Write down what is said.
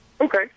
Okay